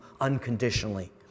unconditionally